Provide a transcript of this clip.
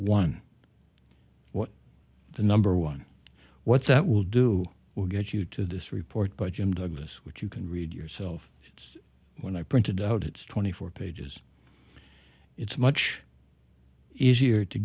one what the number one what that will do will get you to this report by jim douglas which you can read yourself it's one i printed out it's twenty four pages it's much easier to